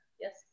yes